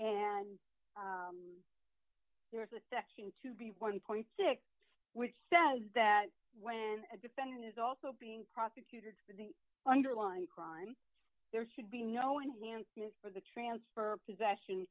and there is a section to be one point six which says that when a defendant is also being prosecuted the underlying crime there should be no enhancement for the transfer of possession